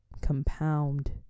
Compound